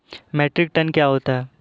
Metric ton क्या होता है?